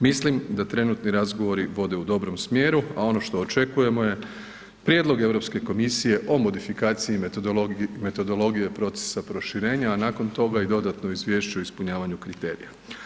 Mislim da trenutni razgovori vode u dobrom smjeru, a ono što očekujemo je prijedlog Europske komisije o modifikaciji i metodologije procesa proširenja, a nakon toga i dodatno izvješće o ispunjavanju kriterija.